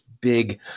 big